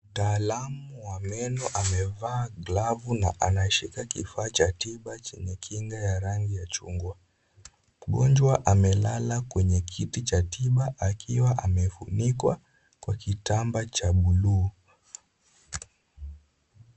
Mtaalamu wa meno amevaa glavu na anashika kifaa cha tiba chenye rangi ya chungwa, mgonjwa amelala kwenye kiti cha tiba akiwa amefunikwa kwa kitambaa cha buluu.